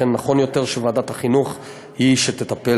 לכן נכון יותר שוועדת החינוך היא שתטפל.